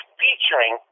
featuring